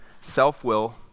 self-will